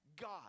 god